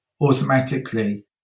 automatically